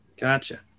gotcha